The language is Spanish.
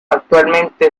actualmente